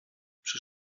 przy